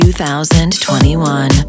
2021